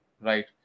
right